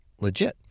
legit